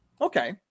Okay